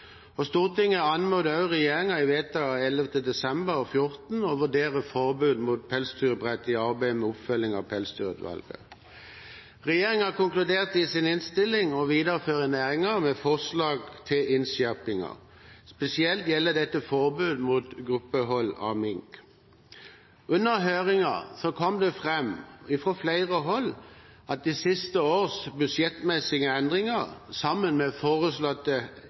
Stortinget anmodet også regjeringen i vedtak av 11. desember 2014 å vurdere forbud mot pelsdyroppdrett i arbeidet med oppfølgingen av Pelsdyrutvalget. Regjeringen konkluderte i sin innstilling med å videreføre næringen med forslag til innskjerpinger. Spesielt gjelder dette forbud mot gruppehold av mink. Under høringen kom det fram fra flere hold at de siste års budsjettmessige endringer, sammen med foreslåtte